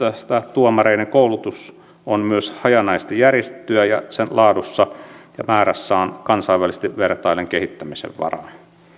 tuomareiden koulutus on myös hajanaisesti järjestettyä ja sen laadussa ja määrässä on kansainvälisesti vertaillen kehittämisen varaa